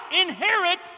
inherit